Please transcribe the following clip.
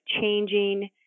changing